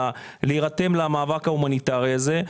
להירתם למאבק ההומניטרי הזה.